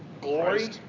Glory